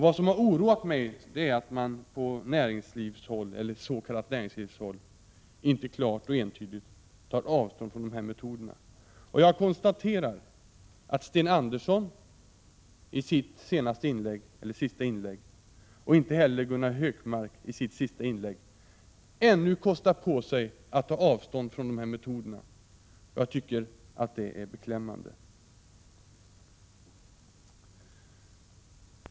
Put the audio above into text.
Vad som har oroat mig är att man på s.k. näringslivshåll inte klart och entydigt tar avstånd från dessa metoder. Jag konstaterar att varken Sten Andersson i Malmö eller Gunnar Hökmark i sina sista inlägg kostade på sig att ta avstånd från dessa metoder. Jag tycker att det är beklämmande.